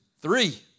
Three